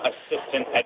Assistant